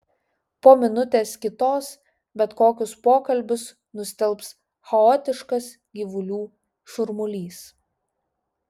po minutės kitos bet kokius pokalbius nustelbs chaotiškas gyvulių šurmulys